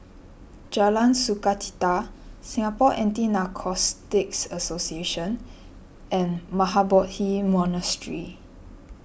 Jalan Sukachita Singapore Anti Narcotics Association and Mahabodhi Monastery